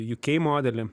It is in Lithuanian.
uk modelį